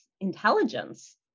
intelligence